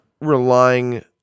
relying